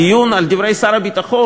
הדיון על דברי שר הביטחון,